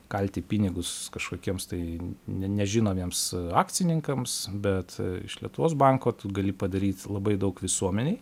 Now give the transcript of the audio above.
kalti pinigus kažkokiems tai ne nežinomiems akcininkams bet iš lietuvos banko tu gali padaryt labai daug visuomenei